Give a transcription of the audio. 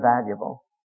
valuable